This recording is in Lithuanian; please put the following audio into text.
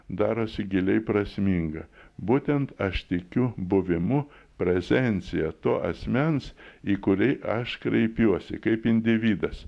darosi giliai prasminga būtent aš tikiu buvimu prezencija to asmens į kurį aš kreipiuosi kaip individas